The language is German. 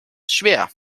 schwer